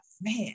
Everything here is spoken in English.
man